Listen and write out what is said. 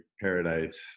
paradise